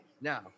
Now